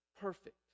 Perfect